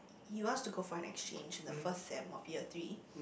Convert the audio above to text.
he wants to go for an exchange in the first sem of year three